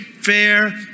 fair